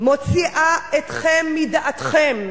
מוציא אתכם מדעתכם,